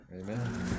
Amen